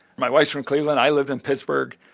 my wife's from cleveland. i lived in pittsburgh,